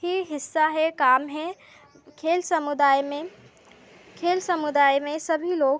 ही हिस्सा है काम है खेल समुदाय में खेल समुदाय में सभी लोग